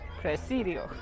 presidio